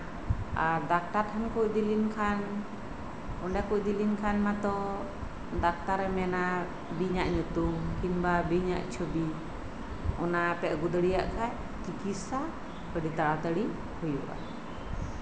ᱟᱨ doctor ᱴᱷᱮᱱ ᱠᱚ ᱤᱫᱤ ᱠᱤᱧ ᱠᱷᱟᱱ ᱢᱟᱛᱚ ᱫᱟᱠᱛᱟᱨᱮ ᱢᱮᱱᱟᱜ ᱵᱤᱧ ᱟᱜ ᱧᱩᱛᱩᱢ ᱵᱤᱧᱟᱜ ᱪᱷᱚᱵᱤ ᱚᱱᱟ ᱯᱮ ᱟᱹᱜᱩ ᱫᱟᱲᱮᱭᱟᱜ ᱠᱷᱟᱱ ᱟᱹᱰᱤ ᱞᱚᱜᱚᱱ ᱪᱤᱠᱤᱛᱥᱟ ᱦᱩᱭᱩᱜᱼᱟ